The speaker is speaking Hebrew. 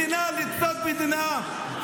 מדינה לצד מדינה,